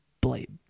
Blade